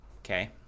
Okay